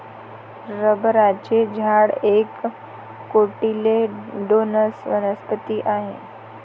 रबराचे झाड एक कोटिलेडोनस वनस्पती आहे